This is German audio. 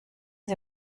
sie